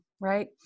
right